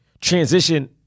transition